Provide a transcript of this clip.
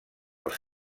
els